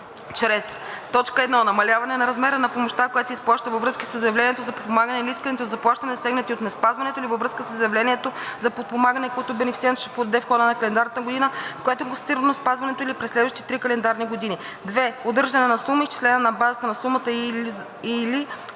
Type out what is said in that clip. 1. намаляване на размера на помощта, която се изплаща във връзка със заявленията за подпомагане или исканията за плащане, засегнати от неспазването, или във връзка със заявленията за подпомагане, които бенефициентът ще подаде в хода на календарната година, в която е констатирано неспазването, или през следващите три календарни години; 2. удържане на сума, изчислена на базата на сумата и/или